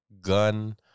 gun